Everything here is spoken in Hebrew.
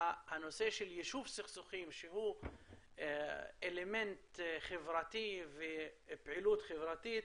הנושא של יישוב סכסוכים שהוא אלמנט חברתי ופעילות חברתית